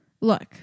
look